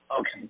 Okay